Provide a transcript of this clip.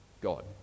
God